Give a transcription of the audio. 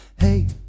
Hey